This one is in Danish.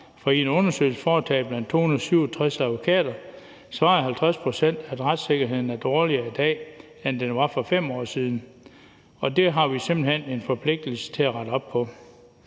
for i en undersøgelse foretaget blandt 267 advokater, svarede 50 pct., at retssikkerheden er dårligere i dag, end den var for 5 år siden. Det har vi simpelt hen en forpligtelse til at rette op på.